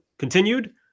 continued